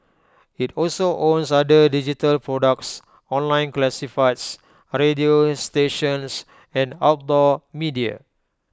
IT also owns other digital products online classifieds radio stations and outdoor media